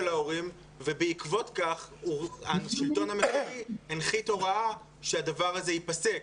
ההורים ובעקבות כך השלטון המקומי הנחית הוראה שהדבר הזה ייפסק.